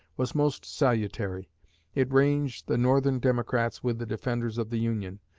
was most salutary it ranged the northern democrats with the defenders of the union,